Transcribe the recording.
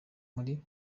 buri